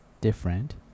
different